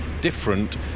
different